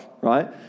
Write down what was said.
right